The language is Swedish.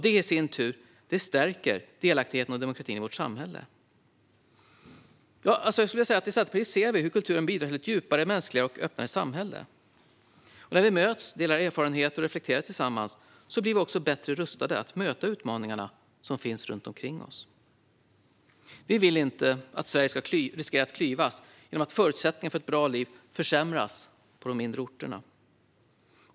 Det i sin tur stärker delaktigheten och demokratin i vårt samhälle. I Centerpartiet ser vi hur kulturen bidrar till ett djupare, mänskligare och öppnare samhälle. När vi möts, delar erfarenheter och reflekterar tillsammans blir vi också bättre rustade att möta utmaningar som finns runt omkring oss. Vi vill inte att Sverige ska riskera att klyvas genom att förutsättningarna för ett bra liv försämras på mindre orter.